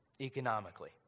Economically